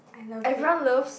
everyone loves